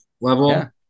level